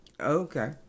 Okay